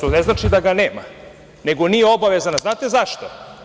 To ne znači da ga nema, nego nije obavezan, a znate zašto?